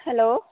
hello